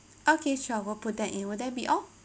okay sure will put that in will that be all